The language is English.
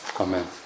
Amen